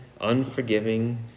unforgiving